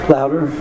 Louder